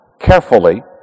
carefully